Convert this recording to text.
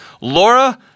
Laura